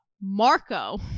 Marco